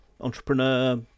entrepreneur